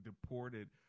deported